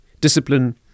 discipline